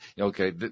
okay